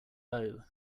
low